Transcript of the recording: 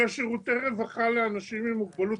אלא שירותי רווחה לאנשים עם מוגבלות.